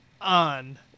on